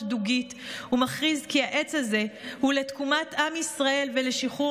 דוגית ומכריז כי העץ הזה הוא לתקומת עם ישראל ולשחרור